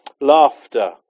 Laughter